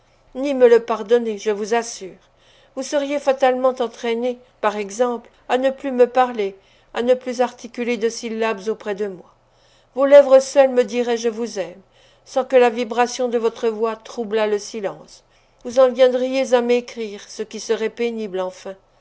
ni me le pardonner je vous assure vous seriez fatalement entraîné par exemple à ne plus me parler à ne plus articuler de syllabes auprès de moi vos lèvres seules me diraient je vous aime sans que la vibration de votre voix troublât le silence vous en viendriez à m'écrire ce qui serait pénible enfin